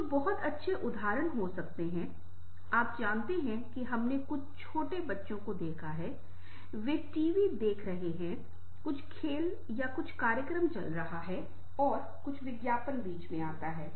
कुछ बहुत अच्छे उदाहरण हो सकते हैं कि आप जानते हैं कि हमने कुछ छोटे बच्चों को देखा है वे टीवी देख रहे हैं कुछ खेल या कुछ कार्यक्रम चल रहा हैं और कुछ विज्ञापन बीच में आते हैं